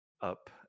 up